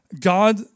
God